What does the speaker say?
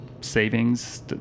savings